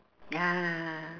ya